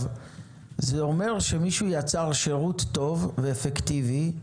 זה אומר שמישהו יצר שירות טוב ואפקטיבי,